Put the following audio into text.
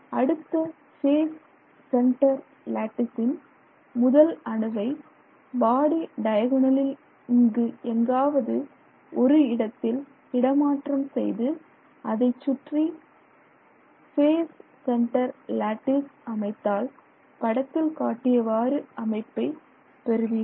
அடுத்த face centre லேட்டிசின் முதல் அணுவை பாடி டயகோணலில் இங்கு எங்காவது ஒரு இடத்தில் இடமாற்றம் செய்து அதை சுற்றி ஸ்பேஸ் சென்டர் லேட்டிஸ் அமைத்தால் படத்தில் காட்டியவாறு அமைப்பை பெறுவீர்கள்